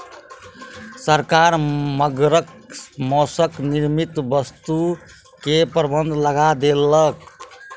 सरकार मगरक मौसक निर्मित वस्तु के प्रबंध लगा देलक